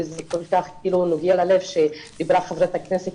וזה כל כך נוגע ללב שדיברו חברות הכנסת